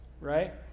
right